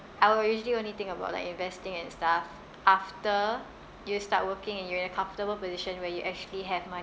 I will usually only think about like investing and stuff after you start working and you're in a comfortable position where you actually have